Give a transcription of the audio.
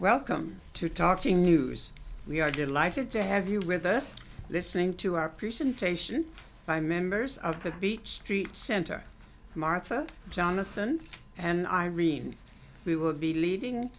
welcome to talking news we are delighted to have you with us listening to our presentation by members of the beat street center martha jonathan and irene we will be leading